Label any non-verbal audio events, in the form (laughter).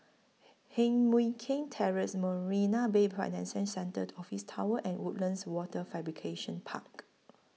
Heng Mui Keng Terrace Marina Bay (unintelligible) Centre Office Tower and Woodlands Wafer Fabrication Park